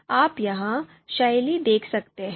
आप यहां शैली देख सकते हैं